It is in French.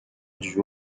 duo